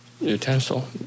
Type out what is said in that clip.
utensil